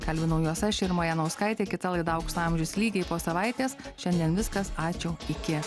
kalbinau juos aš irma janauskaitė kita laida aukso amžius lygiai po savaitės šiandien viskas ačiū iki